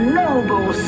noble